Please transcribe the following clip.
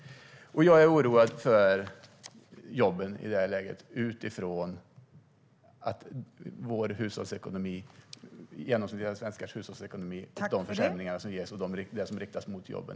Jag är oroad för jobben i detta läge, utifrån de försämringar som riktas mot genomsnittliga svenskars hushållsekonomi och mot jobben.